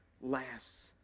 lasts